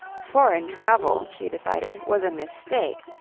foreign travel, she decided, was a mistake.